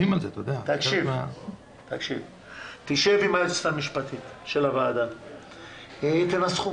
שב עם היועצת המשפטית של הוועדה ותנסחו.